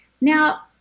Now